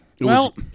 Well-